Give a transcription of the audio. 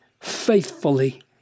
faithfully